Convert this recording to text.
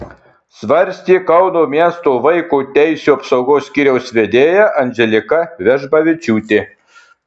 svarstė kauno miesto vaiko teisių apsaugos skyriaus vedėja andželika vežbavičiūtė